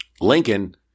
Lincoln